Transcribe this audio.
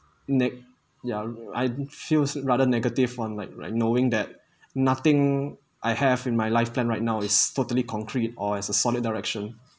nick ya I'd she was rather negative one like right knowing that nothing I have in my life plan right now it's totally concrete or has a solid direction